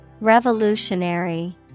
Revolutionary